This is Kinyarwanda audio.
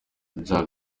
ibyaha